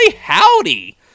howdy